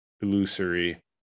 illusory